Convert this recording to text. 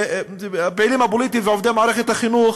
הפעילים הפוליטיים ועל עובדי מערכת החינוך